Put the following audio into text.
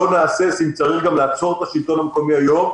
לא נהסס אם צריך גם לעצור את השלטון המקומי היום.